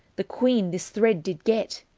the queene this thread did gette,